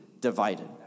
divided